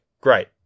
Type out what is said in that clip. great